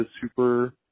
super